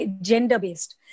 gender-based